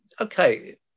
okay